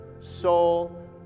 soul